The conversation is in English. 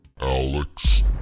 Alex